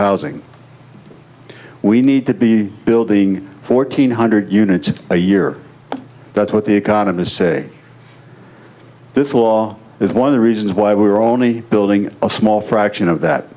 housing we need to be building fourteen hundred units a year that's what the economists say this law is one of the reasons why we are only building a small fraction of that